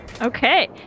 Okay